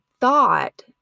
thought